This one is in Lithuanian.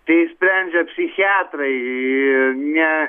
tai sprendžia psichiatrai ne